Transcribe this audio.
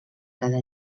cada